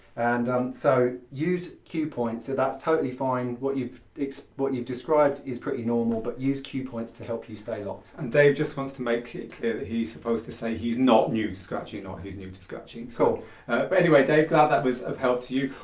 and um so use cue points, that's totally fine. what you've what you've described is pretty normal but use cue points to help you stay locked. and dave just wants to make clear that he was supposed to say that he's not new to scratching, not he's new to scratching. so but anyway dave, glad that was of help to you.